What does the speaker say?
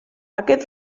aquest